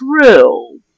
true